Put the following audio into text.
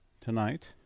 tonight